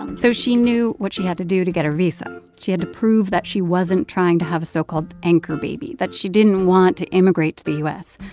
and so she knew what she had to do to get a visa. she had to prove that she wasn't trying to have a so-called anchor baby that she didn't want to immigrate to the u s.